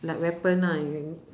like weapon lah